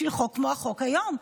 בשביל חוק כמו החוק היום,